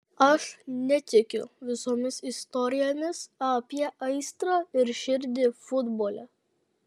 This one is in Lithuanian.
aš netikiu visomis istorijomis apie aistrą ir širdį futbole